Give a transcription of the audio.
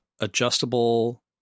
adjustable